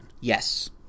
Yes